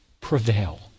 prevail